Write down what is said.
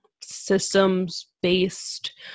systems-based